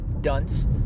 dunce